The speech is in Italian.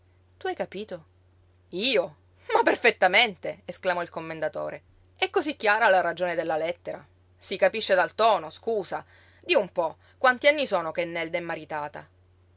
tu hai capito io ma perfettamente esclamò il commendatore è cosí chiara la ragione della lettera si capisce dal tono scusa di un po quanti anni sono che nelda è maritata